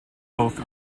both